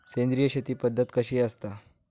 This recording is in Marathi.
सेंद्रिय शेती पद्धत कशी असता?